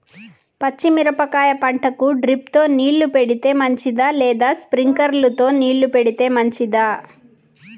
పచ్చి మిరపకాయ పంటకు డ్రిప్ తో నీళ్లు పెడితే మంచిదా లేదా స్ప్రింక్లర్లు తో నీళ్లు పెడితే మంచిదా?